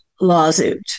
lawsuit